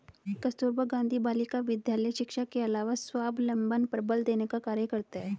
कस्तूरबा गाँधी बालिका विद्यालय शिक्षा के अलावा स्वावलम्बन पर बल देने का कार्य करता है